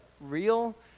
real